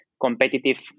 competitive